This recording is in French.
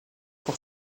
pour